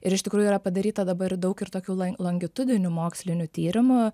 ir iš tikrųjų yra padaryta dabar daug ir tokių lan langitudinių mokslinių tyrimų